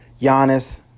Giannis